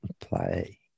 play